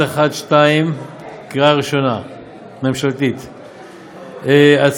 1112, הצעה ממשלתית, קריאה ראשונה.